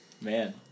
Man